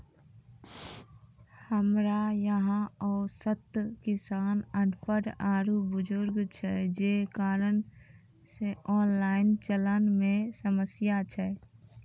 हमरा यहाँ औसत किसान अनपढ़ आरु बुजुर्ग छै जे कारण से ऑनलाइन चलन मे समस्या छै?